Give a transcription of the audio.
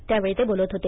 त्यावेळी ते बोलत होते